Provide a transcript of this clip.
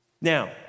Now